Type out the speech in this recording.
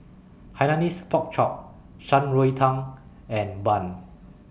Hainanese Pork Chop Shan Rui Tang and Bun